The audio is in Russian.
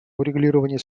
урегулирование